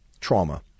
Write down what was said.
trauma